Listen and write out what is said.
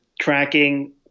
tracking